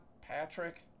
Patrick